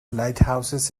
lighthouses